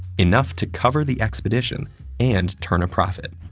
enough to cover the expedition and turn a profit.